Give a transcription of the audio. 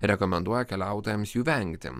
rekomenduoja keliautojams jų vengti